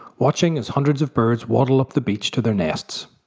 watching as hundreds of birds waddle up the beach to their nests,